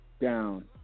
down